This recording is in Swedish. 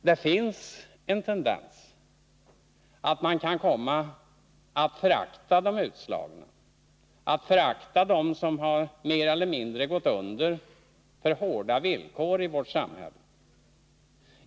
Det finns en tendens att förakta de utslagna, att förakta dem som mer eller mindre har gått under på grund av hårda villkor i vårt samhälle.